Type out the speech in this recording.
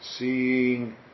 Seeing